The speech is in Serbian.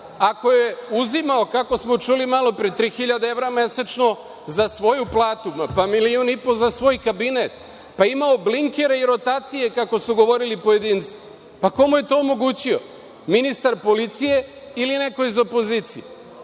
ako je uzimao kako smo čuli malopre, 3.000 evra mesečno za svoju platu, pa milion i po za svoj kabinet, pa imao blinkere i rotacije, kako su govorili pojedinci, pa, ko mu je to omogućio? Ministar policije ili neko iz opozicije?